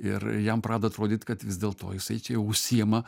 ir jam pradeda atrodyt kad vis dėlto jisai čia jau užsiima